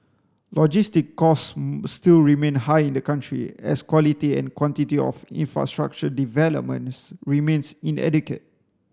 logistic costs still remain high in the country as quality and quantity of infrastructure developments remains inadequate